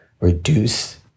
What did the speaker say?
reduce